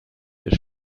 des